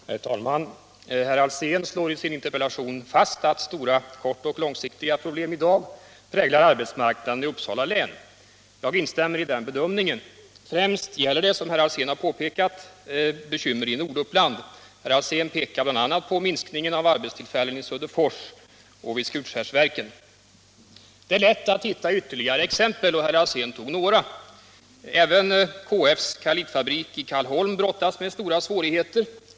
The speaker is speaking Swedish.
Herr talman! Herr Alsén slår i sin interpellation fast att stora kortoch långsiktiga problem i dag präglar arbetsmarknaden i Uppsala län. Jag instämmer i den bedömningen. Främst gäller det, som herr Alsén påpekar, bekymmer i Norduppland; Det är lätt att hitta ytterligare exempel, och herr Alsén tog några. Även KF:s Karlitfabrik i Karlholm brottas med stora svårigheter.